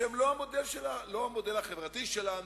שהן לא המודל החברתי שלנו,